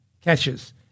catches